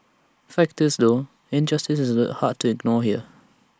fact is though injustice is hard to ignore here